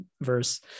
verse